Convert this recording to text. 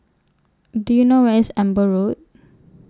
Do YOU know Where IS Amber Road